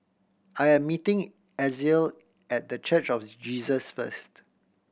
I am meeting Ezell at The Church of Jesus first